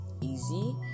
easy